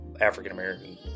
African-American